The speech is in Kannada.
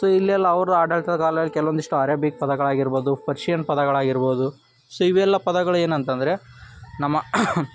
ಸೊ ಇಲ್ಲೆಲ್ಲ ಅವ್ರದ್ದು ಆಡಳಿತದ ಕಾಲ್ದಲ್ಲಿ ಕೆಲವೊಂದಿಷ್ಟು ಅರೇಬಿಕ್ ಪದಗಳಾಗಿರ್ಬೋದು ಪರ್ಷಿಯನ್ ಪದಗಳಾಗಿರ್ಬೋದು ಸೊ ಇವೆಲ್ಲ ಪದಗಳು ಏನಂತಂದರೆ ನಮ್ಮ